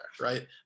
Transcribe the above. Right